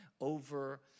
over